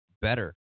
better